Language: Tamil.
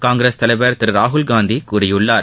காங்கிரஸ் தலைவர் திரு ராகுல்காந்தி கூறியுள்ளார்